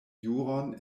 juron